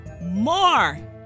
more